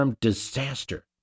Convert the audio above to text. disaster